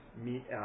meet